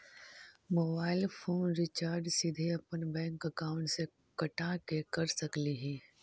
Mobile phone recharge सीधे अपन bank account से कटा के कर सकली ही?